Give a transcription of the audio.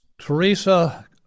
Teresa